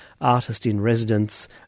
artist-in-residence